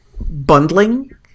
bundling